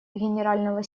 генерального